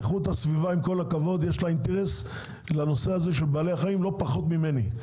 לאיכות הסביבה יש אינטרס כלפי הנושא של בעלי החיים לא פחות ממני.